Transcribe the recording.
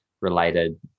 related